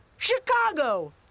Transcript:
Chicago